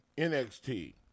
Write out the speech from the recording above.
NXT